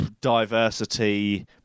diversity